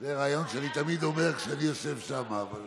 זה רעיון שאני תמיד אומר כשאני יושב שם, אבל